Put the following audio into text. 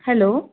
hello